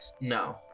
No